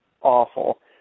awful